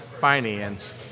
finance